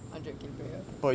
hundrer K per year